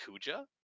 Kuja